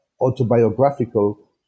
autobiographical